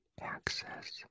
access